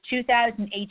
2018